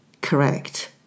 correct